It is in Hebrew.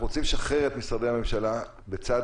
אנחנו רוצים לשחרר את משרדי הממשלה בצד